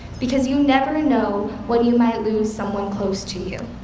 because you never know when you might lose someone close to you.